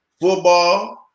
football